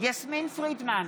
יסמין פרידמן,